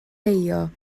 deio